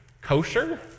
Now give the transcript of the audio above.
kosher